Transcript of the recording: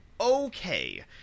okay